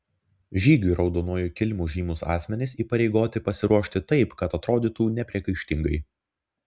žygiui raudonuoju kilimu žymūs asmenys įpareigoti pasiruošti taip kad atrodytų nepriekaištingai